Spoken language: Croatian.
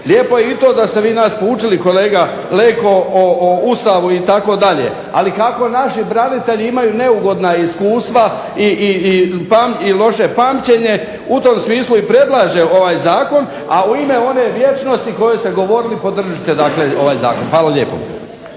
Lijepo je i to da ste vi nas poučili kolega Leko o Ustavu itd. Ali kako naši branitelji imaju neugodna iskustva i loše pamćenje u tom smislu i predlažem ovaj Zakon, a u ime one vječnosti o kojoj ste govorili podržite dakle ovaj zakon. Hvala lijepo.